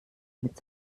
mit